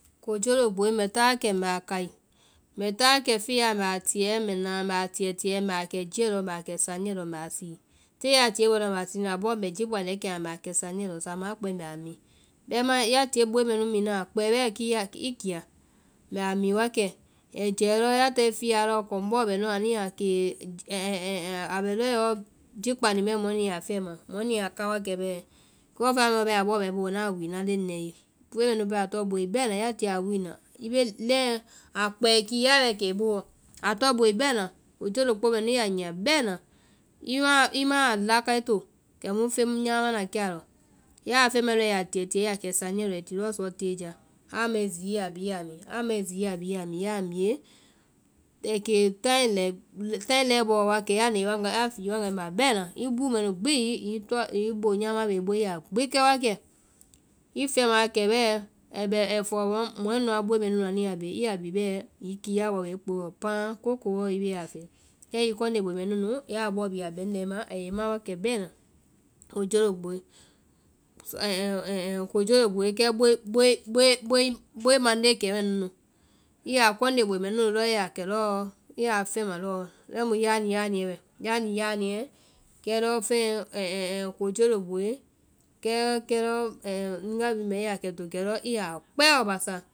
Kojologboe mbɛ táa wa kɛ mbɛ a kai, mbɛ táa wa kɛ fiya lɔ mbɛ a tíɛ mbɛ na mbɛ tíetíɛ mbɛ a kɛ jiɛɔ mbɛ a kɛ saniɛ lɔ mbɛ a sii. Tée a tie bɛna abɔ mbɛ jikpandiɛ kɛ a ma, mbɛ a saniɛ lɔ saamaã a kpɛe mbɛ a mi, bɛmaã ya tie boi mɛnu mi naã a kpɛɛ i kiya. Mbɛ a mi wa kɛ, ai jɛɛ lɔ ya tae fiyaɔ kɔŋ bɔɔ bɛ nu anu yaa kee, abɛ lɔɔ yɔ jikpandi mɛ mɔɛ nu ya fɛma, mɔɛ nu yaa ka wa kɛ bɛɛ. Sɔɔfɛa mɛɛ bɛɛ a boɔ bɛ ŋ booɔ, ŋna wii ŋna leŋ lɛ́ɛ́ ye, boi mɛnu pɛɛ a tɔŋ boi bɛna, ya tie a wiina leŋɛ a kpɛɛ bɛɛ ai kiyaa bɛɛ kɛ i booɔ. A tɔ boi bɛna, kojologbo mɛnu a tɔŋ boi bɛna, i ma a la kai to kɛmu feŋ nyama mana kɛ a lɔ. ya a fɛmae lɔɔ i ya tíɛtíɛ i ya kɛ saniɛ lɔ i ya sii lɔɔ tée ya. Aa mae zii i ya bi i yaa mi, a mae zii i yaa bi i yaa mi, ya i mie ai kee taai lɛbɔɔ wa kɛ ya na i waŋga, ya fee i waŋga baa baa bɛna. I buu mɛ nu gbi hiŋi bo nyama bɛ i buɔ i ya gbi kɛwakɛ, i fɛma wa kɛ bɛɛ, ai fɔɔ mɔɛ nuã boi mɛ bɛ i ya bi, ya a bie bɛɛ hiŋi kiyaa bɔ bɛ i kpooɔ pãã koo ko bɔɔ i bee a fɛɛ. Kɛ hiŋi kɔnde boi mɛ nu nu ya a bɔɔ bi a bɛŋnda i ma, a yɛ i ma wa kɛ bɛna. Kojologboe, kojologboe kɛ boi mandee kɛ mɛ nu nu bɛ, i ya, kɔnde boi mɛɛ nu nu lɔɔ i yaa kɛ lɔɔ, i ya fɛma lɔɔ, lɛimu yaniyaniɛ bɛ, yaniyaniɛ, kɛ lɔ fɛɛ kojologboe, kɛ lɔ i ya kɛ together i ya kpɛɛ lɔ basa